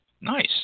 nice